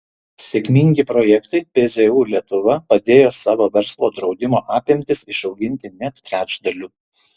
sėkmingi projektai pzu lietuva padėjo savo verslo draudimo apimtis išauginti net trečdaliu